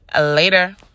later